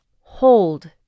hold